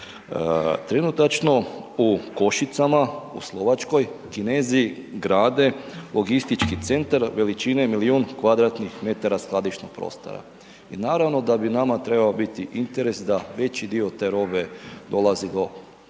Trenutačno u Košicama u Slovačkoj Kinezi grade logistički centar veličine milion m2 skladišnog prostora. I naravno da bi nama trebao biti interes da veći dio te robe dolazi do